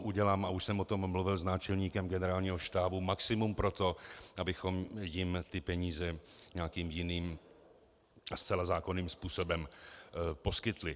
Udělám, a už jsem o tom mluvil s náčelníkem Generálního štábu, maximum pro to, abychom jim ty peníze nějakým jiným, zcela zákonným způsobem poskytli.